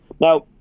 Now